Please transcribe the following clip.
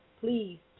please